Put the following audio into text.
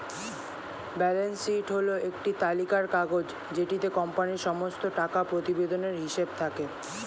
balance sheet হল একটি তালিকার কাগজ যেটিতে কোম্পানির সমস্ত টাকা প্রতিবেদনের হিসেব থাকে